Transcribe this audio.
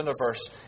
Universe